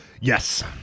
Yes